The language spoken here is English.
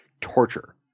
torture